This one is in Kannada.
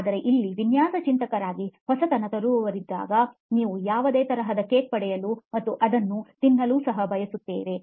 ಆದರೆ ಇಲ್ಲಿ ವಿನ್ಯಾಸ ಚಿಂತಕರಾಗಿ ಹೊಸತನ ತರುವವರಾಗಿದ್ದರೆ ನಾವು ಯಾವುದೇ ತರಹದ ಕೇಕ್ ಪಡೆಯಲು ಮತ್ತು ಅದನ್ನು ತಿನ್ನಲು ಸಹ ಬಯಸುತ್ತೇವೆ